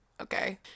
okay